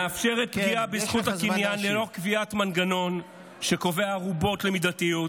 מאפשרת פגיעה בזכות הקניין ללא קביעת מנגנון שקובע ערובות למידתיות.